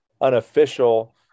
unofficial